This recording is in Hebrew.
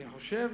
אני חושב